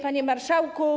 Panie Marszałku!